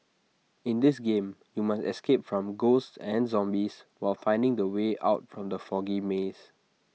in this game you must escape from ghosts and zombies while finding the way out from the foggy maze